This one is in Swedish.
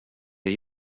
det